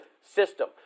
system